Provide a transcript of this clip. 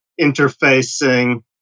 interfacing